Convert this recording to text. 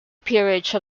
peerage